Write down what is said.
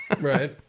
Right